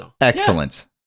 Excellent